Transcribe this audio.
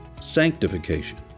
Sanctification